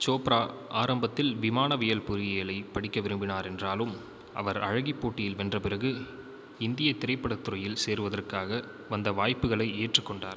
சோப்ரா ஆரம்பத்தில் விமானவியல் பொறியியலை படிக்க விரும்பினார் என்றாலும் அவர் அழகிப்போட்டியில் வென்ற பிறகு இந்திய திரைப்பட துறையில் சேருவதற்காக வந்த வாய்ப்புகளை ஏற்றுக்கொண்டார்